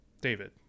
David